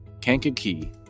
Kankakee